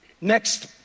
next